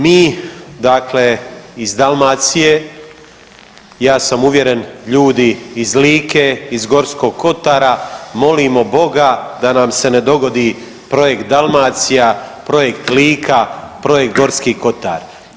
Mi dakle iz Dalmacije ja sam uvjeren iz Like, iz Gorskog kotara molimo Boga da nam se ne dogodi projekt Dalmacija, projekt Lika, projekt Gorski kotar.